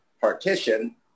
partition